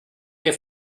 que